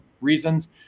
reasons